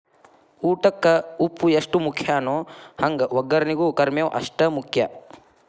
ಊಟಕ್ಕ ಉಪ್ಪು ಎಷ್ಟ ಮುಖ್ಯಾನೋ ಹಂಗ ವಗ್ಗರ್ನಿಗೂ ಕರ್ಮೇವ್ ಅಷ್ಟ ಮುಖ್ಯ